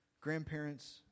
grandparents